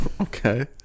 Okay